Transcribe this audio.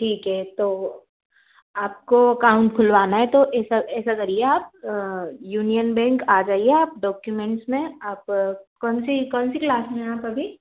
ठीक है तो आपको अकाउंट खुलवाना है तो ऐसा ऐसा करिए आप यूनियन बैंक आ जाइए आप डाक्यूमेंट्स में आप कौन सी कौन सी क्लास में हैं आप अभी